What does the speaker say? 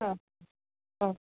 ഓ ഓ